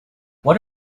what